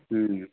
হ্যাঁ